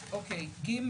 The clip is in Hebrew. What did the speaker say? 14, (ג),